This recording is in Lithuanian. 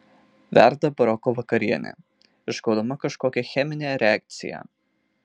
verda baroko vakarienė išgaudama kažkokią cheminę reakciją